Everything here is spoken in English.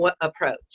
approach